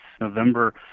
November